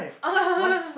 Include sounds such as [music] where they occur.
[laughs]